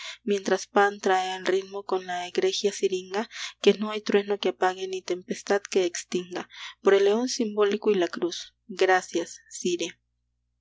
mientras pan trae el ritmo con la egregia siringa que no hay trueno que apague ni tempestad que extinga por el león simbólico y la cruz gracias sire